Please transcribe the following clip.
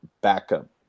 backup